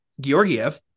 Georgiev